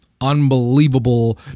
unbelievable